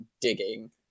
digging